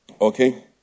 Okay